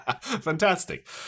fantastic